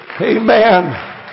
Amen